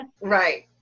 Right